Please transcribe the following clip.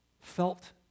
felt